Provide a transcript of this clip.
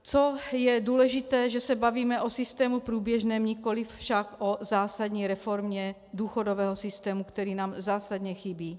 Co je důležité, že se bavíme o systému průběžném, nikoliv však o zásadní reformě důchodového systému, který nám zásadně chybí.